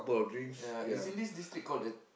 ya it seem this this trick called the